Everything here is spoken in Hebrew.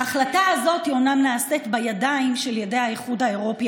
ההחלטה הזאת אומנם נעשית בידיים של האיחוד האירופי,